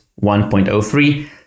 1.03